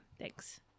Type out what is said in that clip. Thanks